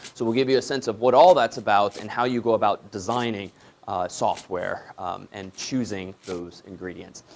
so we'll give you a sense of what all that's about and how you go about designing software and choosing those ingredients.